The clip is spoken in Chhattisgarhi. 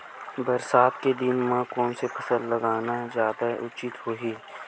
बरसात के दिन म कोन से फसल लगाना जादा उचित होही?